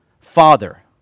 Father